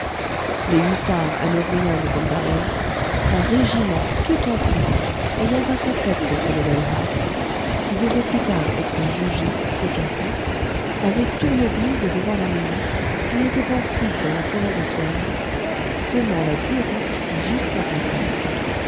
les hussards hanovriens de cumberland un régiment tout entier ayant à sa tête son colonel hacke qui devait plus tard être jugé et cassé avaient tourné bride devant la mêlée et étaient en fuite dans la forêt de soignes semant la déroute jusqu'à bruxelles